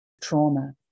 trauma